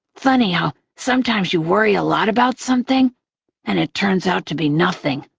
funny how sometimes you worry a lot about something and it turns out to be nothing.